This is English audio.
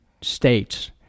states